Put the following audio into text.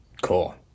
Cool